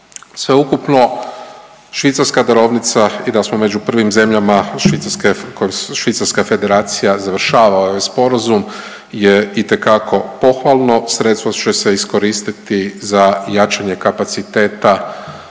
Sveukupno švicarska darovnica i da smo među prvim zemljama Švicarska federacija završava ovaj sporazum je itekako pohvalno, sredstva će se iskoristiti za jačanje kapaciteta